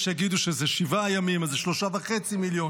יש יגידו שזה שבעה ימים, אז זה 3.5 מיליון,